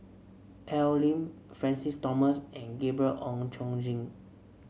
Al Lim Francis Thomas and Gabriel Oon Chong Jin